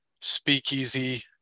speakeasy